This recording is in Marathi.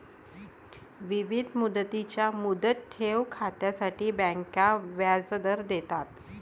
विविध मुदतींच्या मुदत ठेव खात्यांसाठी बँका व्याजदर देतात